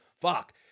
Fuck